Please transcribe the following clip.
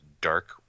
dark